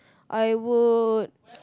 I would